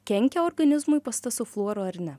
kenkia organizmui pasta su fluoru ar ne